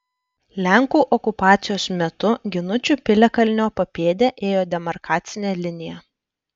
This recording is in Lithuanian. lenkų okupacijos metu ginučių piliakalnio papėde ėjo demarkacinė linija